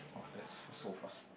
that's so fast